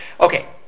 Okay